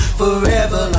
forever